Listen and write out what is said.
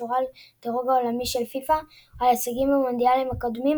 הקשורה לדירוג העולמי של פיפ"א או על הישגים במונדיאלים הקודמים,